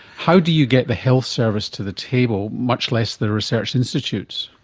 how do you get the health service to the table, much less the research institutes?